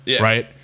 right